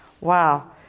Wow